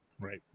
Right